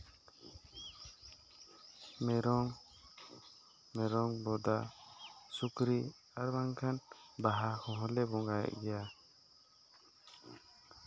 ᱢᱮᱨᱚᱢ ᱢᱮᱨᱚᱢ ᱵᱚᱫᱟ ᱥᱩᱠᱨᱤ ᱟᱨ ᱵᱟᱝ ᱠᱷᱟᱱ ᱵᱟᱦᱟ ᱦᱚᱸ ᱞᱮ ᱵᱚᱸᱜᱟᱭᱮᱫ ᱜᱮᱭᱟ